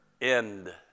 end